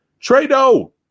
Trado